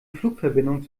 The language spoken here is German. flugverbindung